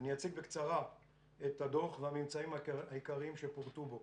אני אציג בקצרה את הדוח והממצאים העיקריים שפורטו בו.